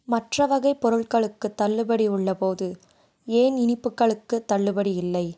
மற்ற வகைப் பொருட்களுக்குத் தள்ளுபடி உள்ளபோது ஏன் இனிப்புக்களுக்குத் தள்ளுபடி இல்லை